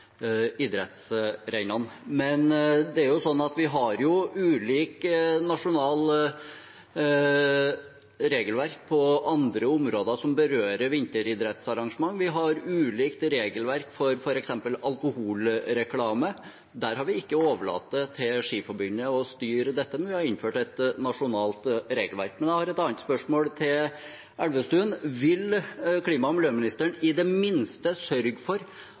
Men det er jo sånn at vi har ulikt nasjonalt regelverk på andre områder som berører vinteridrettsarrangement. Vi har ulikt regelverk for f.eks. alkoholreklame. Vi har ikke overlatt til Skiforbundet å styre det, men vi har innført et nasjonalt regelverk. Men jeg har et annet spørsmål til Elvestuen: Vil klima- og miljøministeren i det minste sørge for